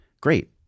great